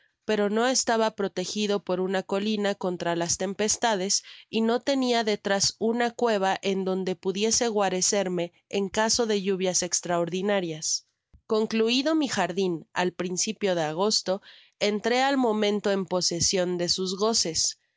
pero no estaba protegido por una colina contra las tempestades y no tenia detras una cueva en donde pudiese guarecerme en caso de lluvias estraordinarias con mi jardin al principio de agosto entré al momento en posesion de sus goces el